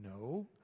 no